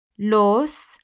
Los